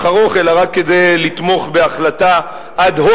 ארוך אלא רק כדי לתמוך בהחלטה אד-הוק,